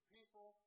People